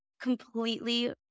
completely